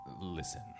listen